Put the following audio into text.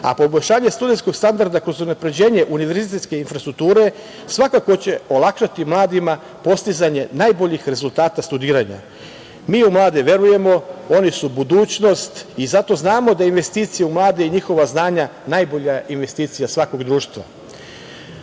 Srbiji. Poboljšanje studenskog standarda kroz unapređenje univerzitetske infrastrukture, svakako će olakšati mladim postizanje najboljih rezultata studiranja. Mi u mlade verujemo, oni su budućnost i zato znamo da investicije u mlade i njihova znanja je najbolja investicija svakog